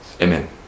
Amen